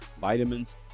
vitamins